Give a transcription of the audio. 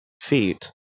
feet